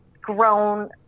grown